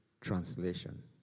Translation